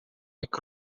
так